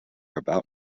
about